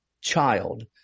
child